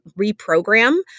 reprogram